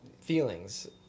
feelings